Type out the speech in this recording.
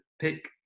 pick